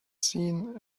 seen